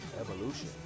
evolution